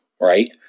right